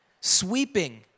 sweeping